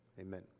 amen